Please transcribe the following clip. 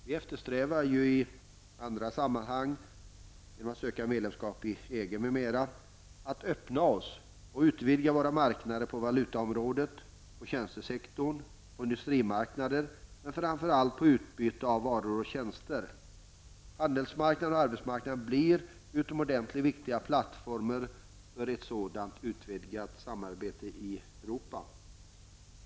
Vi eftersträvar ju i andra sammanhang -- genom att söka medlemskap i EG m.m. -- att öppna oss och utvidga våra marknader på valutaområdet, på tjänstesektorn, på industrimarknader, men framför allt för utbyte av varor och tjänster. Handelsmarknaden och arbetsmarknaden blir utomordentligt viktiga plattformar för ett sådant utvidgat samarbete i Europa.